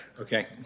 Okay